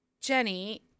Jenny